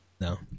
No